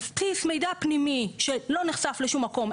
על בסיס מידע פנימי שלא נחשף בשום מקום,